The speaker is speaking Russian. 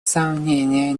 сомнения